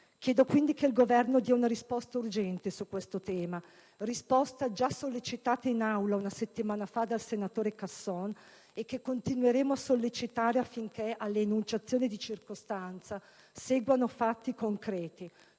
Chiedo quindi che il Governo dia una risposta urgente su questo tema (risposta già sollecitata in Aula, una settimana fa, dal senatore Casson e che continueremo a sollecitare), affinché alle enunciazioni di circostanza seguano fatti concreti,